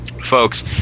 Folks